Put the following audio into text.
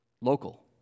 Local